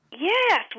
Yes